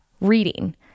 reading